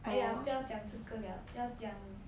!aiya! 不要讲这个 liao